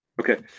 Okay